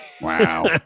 Wow